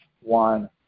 one